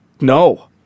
No